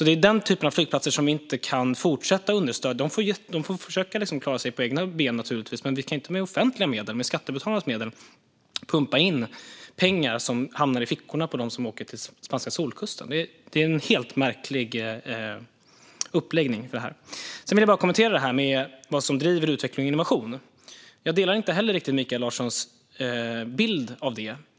Det är sådana flygplatser som vi inte kan fortsätta understödja. De får såklart försöka stå på egna ben, men vi kan inte med offentliga medel, skattebetalarnas medel, pumpa in pengar som hamnar i fickorna på dem som åker till spanska solkusten. Det är ett mycket märkligt upplägg. Jag vill även kommentera vad som driver utveckling och innovation. Jag delar inte Mikael Larsson bild av det.